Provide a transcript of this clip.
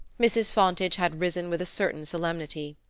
mrs. fontage had risen with a certain solemnity.